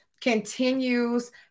continues